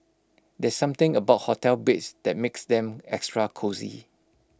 there's something about hotel beds that makes them extra cosy